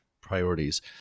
priorities